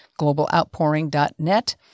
globaloutpouring.net